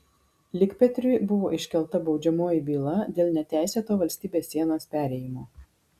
likpetriui buvo iškelta baudžiamoji byla dėl neteisėto valstybės sienos perėjimo